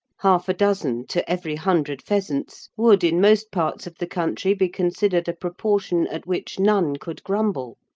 half a dozen to every hundred pheasants would in most parts of the country be considered a proportion at which none could grumble,